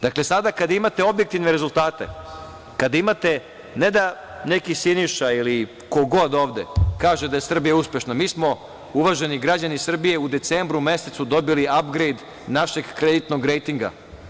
Dakle, sada kad imate objektivne rezultate, kada imate ne da neki Siniša, ili ko god ovde, kaže da je Srbija uspešna, mi smo, uvaženi građani Srbije, u decembru mesecu dobili apgrejd našeg kreditnog rejtinga.